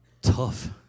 Tough